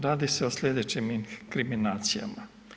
Radi se o slijedećim inkriminacijama.